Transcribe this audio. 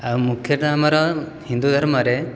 ଆଉ ମୁଖ୍ୟତଃ ଆମର ହିନ୍ଦୁ ଧର୍ମରେ